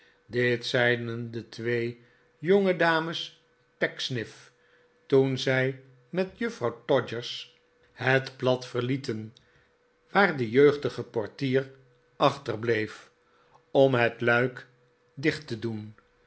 dit zeiden de twee jongedames pecksniff toen zij met juffrouw todgers hfet plat verlieten waar de jeugdige portier achterbleef tom's zuster om het luik dicht te doen